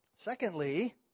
secondly